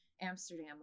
Amsterdam